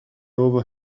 over